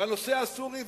בנושא הסורי,